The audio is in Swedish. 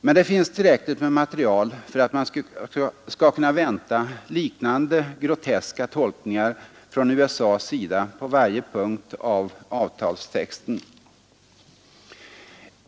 Men det finns tillräckligt med material för att man skall kunna vänta liknande groteska tolkningar från USA:s sida på varje punkt av avtalstexten.